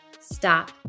stop